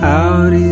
out